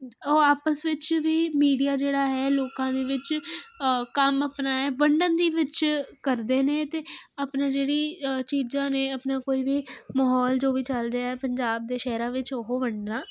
ਉਹ ਆਪਸ ਵਿੱਚ ਵੀ ਮੀਡੀਆ ਜਿਹੜਾ ਹੈ ਲੋਕਾਂ ਦੇ ਵਿੱਚ ਕੰਮ ਆਪਣਾ ਹੈ ਵੰਡਣ ਦੀ ਵਿੱਚ ਕਰਦੇ ਨੇ ਅਤੇ ਆਪਣਾ ਜਿਹੜੀ ਚੀਜ਼ਾਂ ਨੇ ਆਪਣਾ ਕੋਈ ਵੀ ਮਾਹੌਲ ਜੋ ਵੀ ਚੱਲ ਰਿਹਾ ਹੈ ਪੰਜਾਬ ਦੇ ਸ਼ਹਿਰਾਂ ਵਿੱਚ ਉਹ ਵੰਡਣਾ